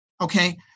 Okay